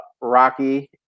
Rocky